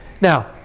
Now